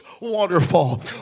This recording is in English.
waterfall